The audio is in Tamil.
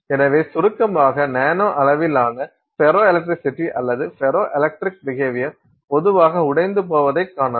எனவே சுருக்கமாக நானோ அளவிலான ஃபெரோஎலக்ட்ரிசிட்டி அல்லது ஃபெரோ எலக்ட்ரிக் பிகேவியர் பொதுவாக உடைந்து போவதைக் காணலாம்